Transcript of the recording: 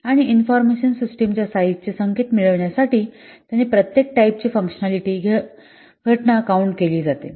आणि इन्फॉर्मशन सिस्टिमच्या साईझाचे संकेत मिळविण्यासाठी त्याने प्रत्येक टाईपची फंकशनॅलिटी घटना काउन्ट केली जाते